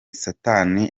satani